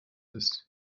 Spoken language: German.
ist